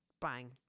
bang